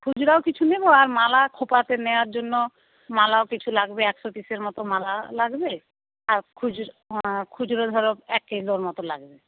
খুচরোও কিছু নেব আর মালা খোঁপাতে নেওয়ার জন্য মালাও কিছু লাগবে একশো পিসের মতো মালা লাগবে আর খুচরো খুচরো ধরো এক কিলোর মতো লাগবে